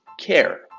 care